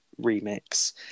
remix